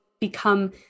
become